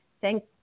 thank